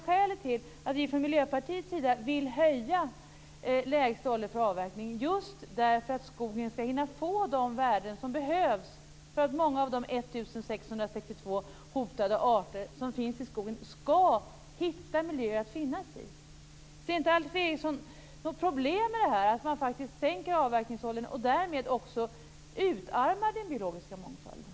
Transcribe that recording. Skälet till att vi från Miljöpartiets sida vill höja lägsta ålder för avverkning är just att skogen skall hinna att få de värden som behövs för att många av de 1 662 hotade arter som finns i skogen skall hitta miljöer att leva i. Ser inte Alf Eriksson något problem i att man sänker avverkningsåldern och därmed utarmar den biologiska mångfalden?